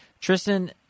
Tristan